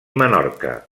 menorca